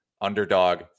Underdog